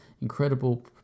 incredible